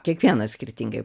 kiekvienas skirtingai